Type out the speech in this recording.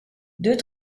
deux